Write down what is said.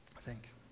Thanks